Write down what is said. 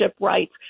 rights